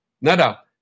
nada